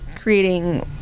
creating